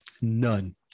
None